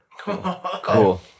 Cool